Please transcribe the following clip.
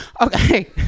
okay